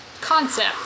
concept